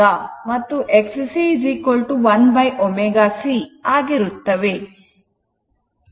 XL L ω ಮತ್ತು Xc 1 ω c ಆಗಿರುತ್ತವೆ